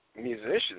musicians